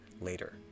later